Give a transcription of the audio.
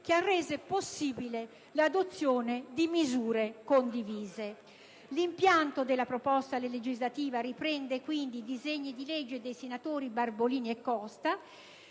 che ha reso possibile l'adozione di misure condivise. L'impianto della proposta legislativa riprende quindi quello dei disegni di legge dei senatori Barbolini e Costa